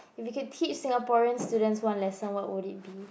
if you can teach Singaporean students one lesson what would it be